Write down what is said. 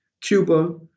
Cuba